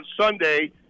Sunday